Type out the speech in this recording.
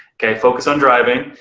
okay, focus on driving.